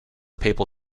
papal